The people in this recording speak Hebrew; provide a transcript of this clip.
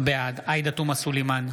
בעד עאידה תומא סלימאן,